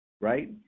right